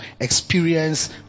experience